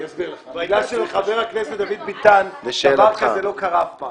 אני אסביר לך: בגלל שלחבר הכנסת דוד ביטן זה לא קרה אף פעם,